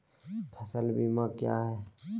फ़सल बीमा क्या है?